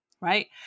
right